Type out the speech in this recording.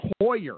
Hoyer